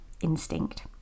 instinct